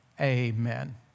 Amen